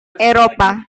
eropa